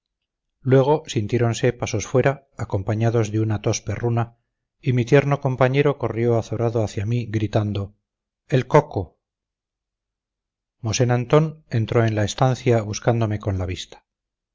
luego sintiéronse pasos fuera acompañados de una tos perruna y mi tierno compañero corrió azorado hacia mí gritando el coco mosén antón entró en la estancia buscándome con la vista